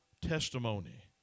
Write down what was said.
testimony